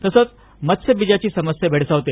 तसेच मत्स्यबीजाची समस्या भेडसावते